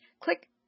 click